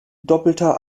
doppelter